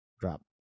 drop